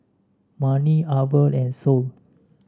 Manie Arvel and Saul